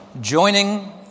joining